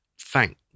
thank